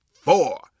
Four